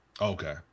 Okay